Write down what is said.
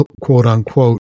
quote-unquote